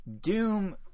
Doom